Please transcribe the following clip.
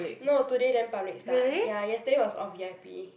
no today then public start ya yesterday it was all v_i_p